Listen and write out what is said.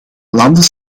landen